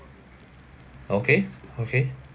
okay okay